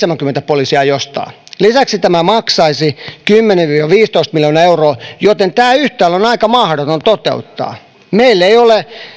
nyt sataseitsemänkymmentä poliisia jostain lisäksi tämä maksaisi kymmenen viiva viisitoista miljoonaa euroa joten tämä yhtälö on aika mahdoton toteuttaa meillä ei ole